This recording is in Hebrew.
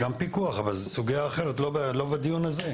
גם פיקוח אבל זו סוגיה אחרת, לא בדיון הזה.